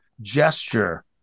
gesture